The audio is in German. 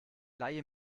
leihe